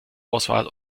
auswahl